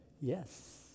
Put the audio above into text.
Yes